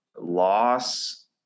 loss